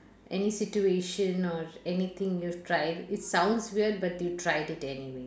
any situation or anything you tried it sounds weird but you tried it anyway